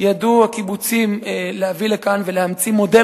ידעו הקיבוצים להביא לכאן ולהמציא מודל